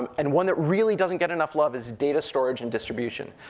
um and one that really doesn't get enough love is data storage and distribution.